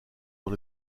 dans